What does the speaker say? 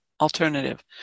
alternative